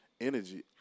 energy